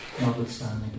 notwithstanding